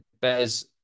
bears